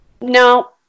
No